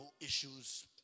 issues